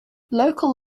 local